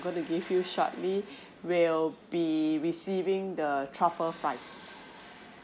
gonna give you shorty will be receiving the truffle fries